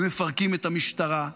הם מפרקים את המשטרה,